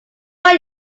are